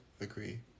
agree